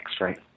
right